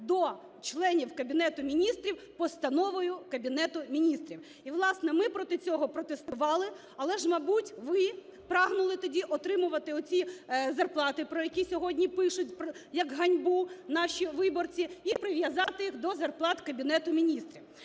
до членів Кабінету Міністрів постановою Кабінету Міністрів. І, власне, ми проти цього протестували, але ж, мабуть, ви прагнули тоді отримувати ці зарплати, про які сьогодні пишуть, як ганьбу, наші виборці, і прив'язати їх до зарплат Кабінету Міністрів.